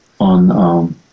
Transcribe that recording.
on